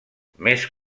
més